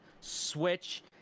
Switch